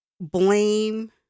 blame